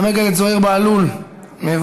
חבר הכנסת זוהיר בהלול מוותר,